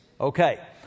Okay